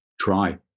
Try